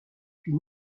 puis